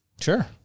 Sure